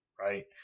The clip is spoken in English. right